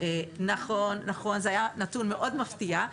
נכון, זה היה נתון מאוד מפתיע.